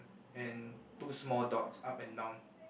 and two small dots up and down